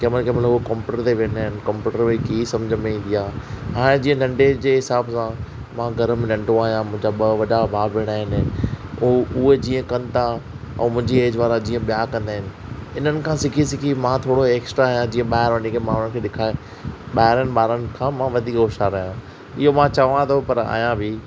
केमहिल केमहिल कम्प्यूटर ते वेंदा आहिनि कम्प्यूटर में की सम्झ में ईंदी आहे हाणे जीअं नंढे जे हिसाब सां मां घर में नंढो आहियां मुंहिंजा ॿ वॾा भाउर भेण आहिनि उहा उहे जीअं कनि था ऐं मुंहिंजी ऐज वारा जीअं ॿियां कंदा आहिनि इन्हनि खां सिखी सिखी मां थोरो एक्स्ट्रा आहियां जीअं ॿाहिरि वञी करे मां हुननि खे ॾेखारियां की ॿाहिरनि ॿारनि खां मां वधीक होश्यारु आहियां इहो मां चवां थो पर आहियां बि